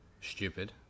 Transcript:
stupid